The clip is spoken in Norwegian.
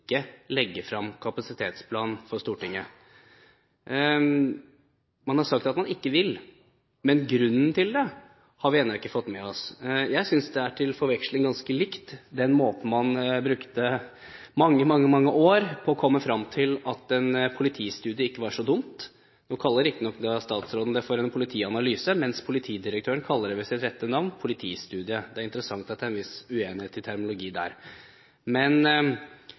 å legge frem kapasitetsplanen for Stortinget. Man har sagt at man ikke vil, men grunnen til det har vi ennå ikke fått med oss. Jeg synes det til forveksling er likt det at man brukte mange, mange år på å komme frem til at en politistudie ikke var så dumt. Nå kaller statsråden det riktignok for en politianalyse, mens politidirektøren kaller det ved sitt rette navn: politistudie. Det er interessant at det er en viss uenighet i